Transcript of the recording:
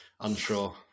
unsure